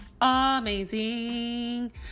amazing